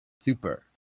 Super